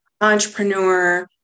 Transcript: entrepreneur